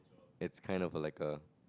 it's kind of a like a